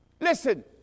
Listen